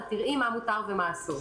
את תראי מה מותר ומה אסור.